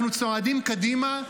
אנחנו צועדים קדימה,